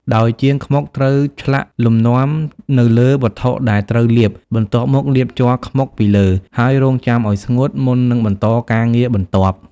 ដោយជាងខ្មុកត្រូវឆ្លាក់លំនាំនៅលើវត្ថុដែលត្រូវលាប បន្ទាប់មកលាបជ័រខ្មុកពីលើ ហើយរង់ចាំឱ្យស្ងួត មុននឹងបន្តការងារបន្ទាប់។